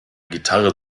gitarre